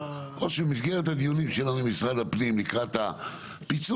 או שמסגרת הדיונים שלנו עם משרד הפנים לקראת הפיצול,